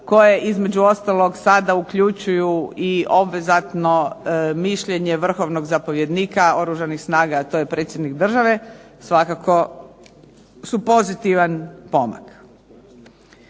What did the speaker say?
koje između ostalog sada uključuju i obvezatno mišljenje vrhovnog zapovjednika Oružanih snaga a to je predsjednik države su svakako pozitivan pomak.